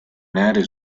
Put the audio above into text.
nere